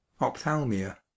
ophthalmia